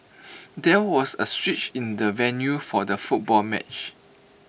there was A switch in the venue for the football match